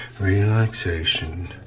relaxation